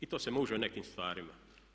I to se može u nekim stvarima.